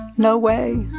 no way.